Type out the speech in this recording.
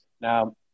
Now